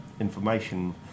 information